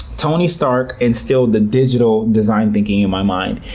tony stark instilled the digital design thinking in my mind.